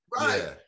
Right